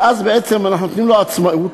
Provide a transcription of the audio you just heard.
ואז בעצם אנחנו נותנים לו עצמאות,